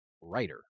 writer